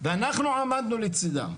ואנחנו עמדנו לצידם.